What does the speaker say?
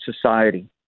society